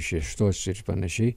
šeštos ir panašiai